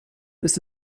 ist